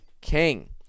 king